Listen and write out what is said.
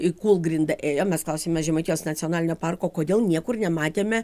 į kūlgrindą ėjom mes klausėme žemaitijos nacionalinio parko kodėl niekur nematėme